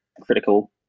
critical